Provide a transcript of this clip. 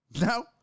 No